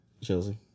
Chelsea